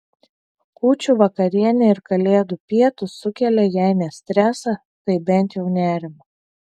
kūčių vakarienė ir kalėdų pietūs sukelia jei ne stresą tai bent jau nerimą